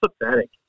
Pathetic